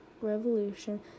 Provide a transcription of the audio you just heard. revolution